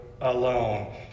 alone